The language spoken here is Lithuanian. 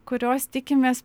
kurios tikimės